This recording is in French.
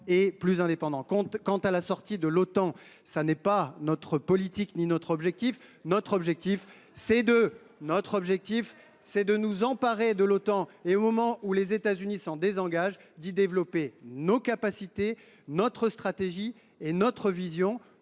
et plus indépendants. Quant à la sortie de l’Otan, ce n’est ni notre politique ni notre objectif. Voilà ! Au moins, c’est clair ! Notre objectif, c’est de nous emparer de l’Otan et, au moment où les États Unis s’en désengagent, d’y développer nos capacités, notre stratégie et notre vision